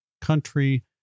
country